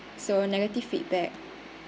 so negative feedback